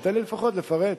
תן לי לפחות לפרט.